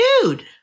Dude